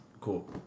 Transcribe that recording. cool